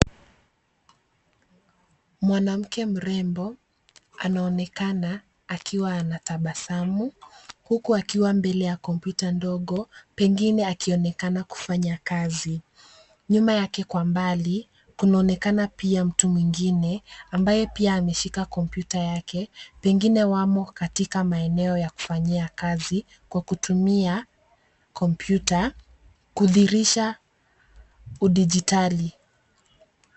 Mwanamke mrembo anaonekana akiwa anatabasamu huku akiwa mbelw ya kompyuta ndogo pengine akionekana kufanya kazi. Nyuma yake kwa mbali kunaonekana pia mtu mwingine ambaye pia ameshika kompyuta yake pengine wako maeneo ya kufanyia kazi kwa kutumia kompyuta kudhihirisha udijitali.